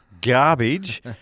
garbage